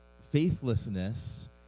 faithlessness